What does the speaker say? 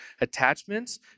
attachments